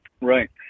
Right